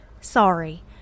Sorry